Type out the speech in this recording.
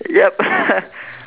yup